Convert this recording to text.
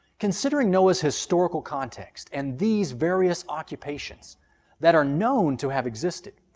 considering noah's historical context and these various occupations that are known to have existed,